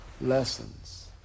lessons